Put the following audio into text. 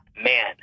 man